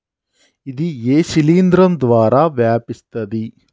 ఇది ఏ శిలింద్రం ద్వారా వ్యాపిస్తది?